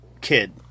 kid